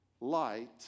Light